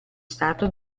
stato